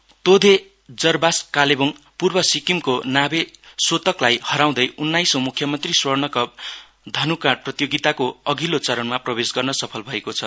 archery तोधे जरबास कालेवुङ पूर्व सिक्किमको नाभे सोतकलाई हराउँदै उन्नाइसौं मुख्यमन्त्री स्वर्णकप धनुकाँड प्रतियोगिताको अघिल्लो चरणमा प्रवेश गर्न सफल भएको छ